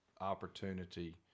opportunity